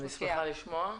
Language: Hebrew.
אני שמחה לשמוע.